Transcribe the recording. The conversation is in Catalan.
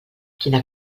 quina